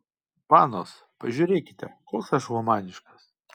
panos pažiūrėkite koks aš humaniškas